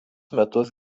metus